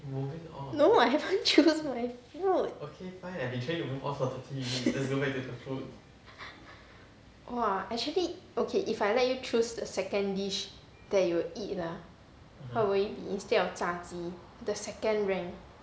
no I haven't choose my food !whoa! actually okay if I let you choose the second that you will eat lah what would it be instead of 炸鸡 the second rank